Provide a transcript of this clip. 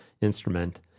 instrument